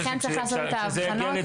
לכן צריך לעשות את ההבחנות.